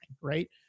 right